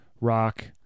rock